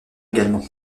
également